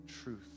truth